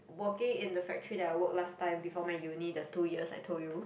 working in the factory that I work last time before my uni the two years I told you